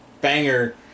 Banger